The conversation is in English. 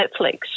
Netflix